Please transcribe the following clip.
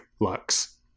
Lux